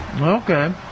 okay